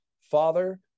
Father